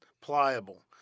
pliable